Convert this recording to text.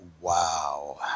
Wow